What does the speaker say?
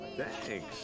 Thanks